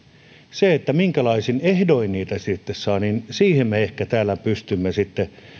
siihen minkälaisin ehdoin niitä sitten saa me ehkä täällä pystymme